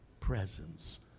presence